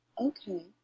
Okay